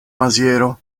maziero